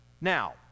Now